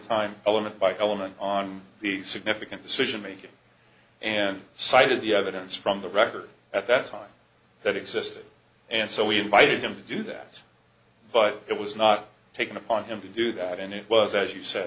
time element by element on the significant decision making and cited the evidence from the record at that time that existed and so we invited him to do that but it was not taken upon him to do that and it was as you said